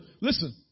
listen